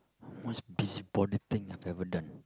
most busybody thing I've ever done